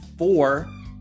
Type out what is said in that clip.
Four